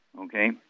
okay